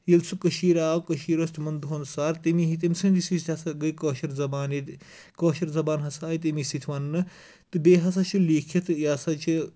ییٚلہِ سُہ کٔشیٖر آو کشیٖر ٲسۍ تِمن دۄہَن سر تٔمی تٔمۍ سٕنٛد سۭتۍ ہسا گٔیے کٲشِر زَبان ییٚتہِ کٲشِر زَبان ہسا آیہِ تمے سۭتۍ وَننہٕ تہٕ بیٚیہِ ہسا چُھ لِیٖکھتھ یہِ ہسا چھِ